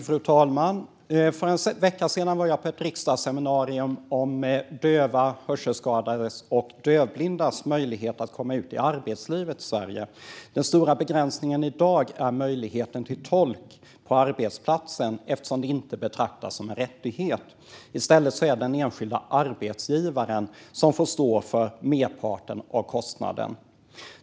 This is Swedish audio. Fru talman! För en vecka sedan var jag på ett riksdagsseminarium om dövas, hörselskadades och dövblindas möjlighet att komma ut i arbetslivet i Sverige. Den stora begränsningen i dag är möjligheten till tolk på arbetsplatsen eftersom det inte betraktas som en rättighet. I stället är det den enskilda arbetsgivaren som får stå för merparten av kostnaden.